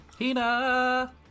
Hina